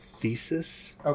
thesis